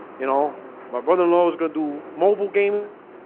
you know, my brother-in-law is gonna do mobile game